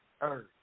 earth